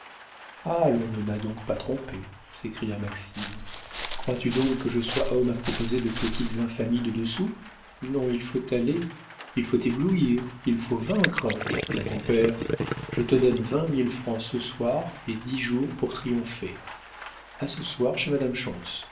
l'on ne m'a donc pas trompé s'écria maxime crois-tu donc que je sois homme à proposer de petites infamies de deux sous non il faut aller il faut éblouir il faut vaincre mon compère je te donne vingt mille francs ce soir et dix jours pour triompher a ce soir chez madame